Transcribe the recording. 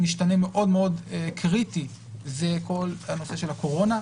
משתנה מאוד מאוד קריטי זה כל הנושא של הקורונה.